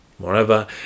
Moreover